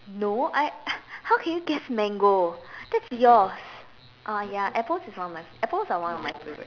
no I how can you guess mango that's yours ah ya apple is one of my apples is one of my favourite